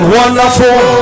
wonderful